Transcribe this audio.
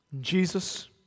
Jesus